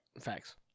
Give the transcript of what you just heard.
facts